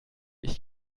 ich